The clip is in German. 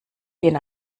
gehen